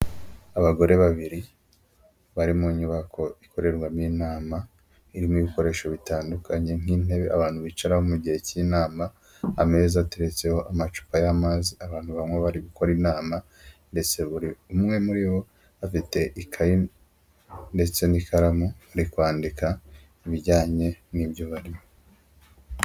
Abagore babiri, bari mu nyubako ikorerwamo inama, irimo ibikoresho bitandukanye nk'intebe abantu bicaraho mu gihe cy'inama, ameza ateretseho amacupa y'amazi abantu banywa bari gukora inama ndetse buri umwe muri bo afite ikayi ndetse n'ikaramu ari kwandika ibijyanye n'ibyo barimo.